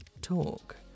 talk